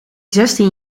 zestien